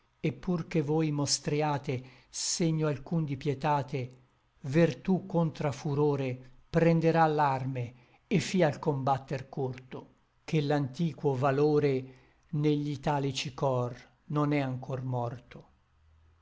et pur che voi mostriate segno alcun di pietate vertú contra furore prenderà l'arme et fia l combatter corto ché l'antiquo valore ne gli italici cor non è anchor morto